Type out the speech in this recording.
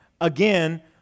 again